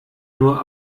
nur